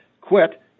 quit